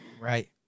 Right